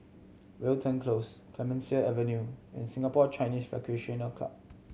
Wilton Close Clemenceau Avenue and Singapore Chinese Recreational Club